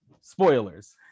spoilers